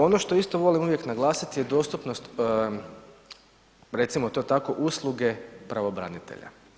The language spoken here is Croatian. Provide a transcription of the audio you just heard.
Ono što isto volim uvijek naglasiti je dostupnost recimo to tako, usluge pravobranitelja.